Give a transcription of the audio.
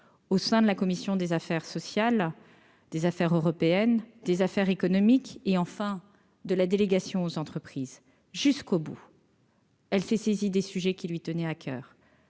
au sein de la commission des affaires sociales des affaires européennes, des affaires économiques et enfin de la délégation aux entreprises jusqu'au bout. Elle fait saisie des sujets qui lui tenaient à coeur,